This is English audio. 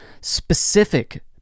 specific